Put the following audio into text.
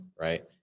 right